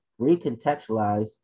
recontextualize